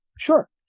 sure